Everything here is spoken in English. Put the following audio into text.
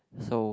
so